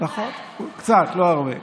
נכון, קצת, לא הרבה.